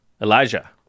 Elijah